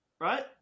right